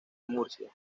murcia